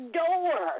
door